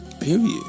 period